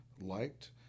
liked